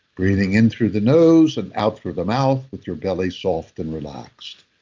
breathing in through the nose and out through the mouth with your belly soft and relaxed.